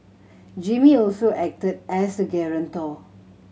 Jimmy also acted as guarantor